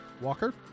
Walker